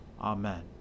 Amen